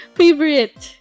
favorite